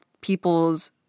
people's